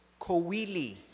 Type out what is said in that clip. Kowili